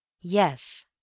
Yes